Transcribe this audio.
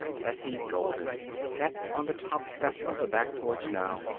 tessie golden sat on the top step of the back porch now,